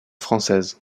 française